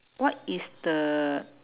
what is the